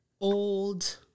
Old